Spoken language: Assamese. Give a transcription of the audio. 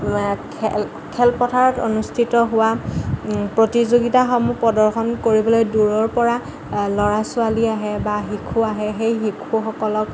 খেল খেলপথাৰত অনুষ্ঠিত হোৱা প্ৰতিযোগিতাসমূহ প্ৰদৰ্শন কৰিবলৈ দূৰৰ পৰা ল'ৰা ছোৱালী আহে বা শিশু আহে সেই শিশুসকলক